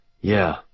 Yeah